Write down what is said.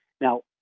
Now